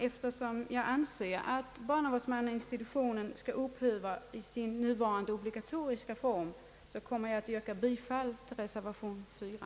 Eftersom jag anser att hbarnavårdsmannainstitutionen i sin nuvarande obligatoriska form bör upphöra, kommer jag att yrka bifall till reservation 4.